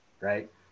right